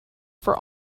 for